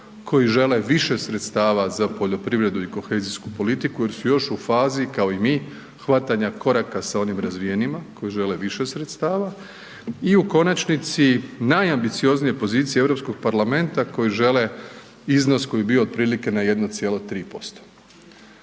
koji žele više sredstava za poljoprivredu i kohezijsku politiku jer su još u fazi kao i mi hvatanja koraka sa onim razvijenima koji žele više sredstava. I u konačnici najambicioznije pozicije Europskog parlamenta koji žele iznos koji je bio otprilike na 1,3%.